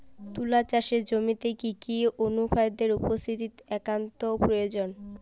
তুলা চাষের জমিতে কি কি অনুখাদ্যের উপস্থিতি একান্ত প্রয়োজনীয়?